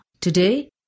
today